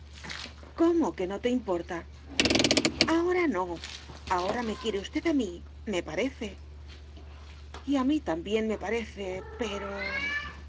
cómo que no te importa ahora no ahora me quiere usted a mí me parece y a mí también me parece pero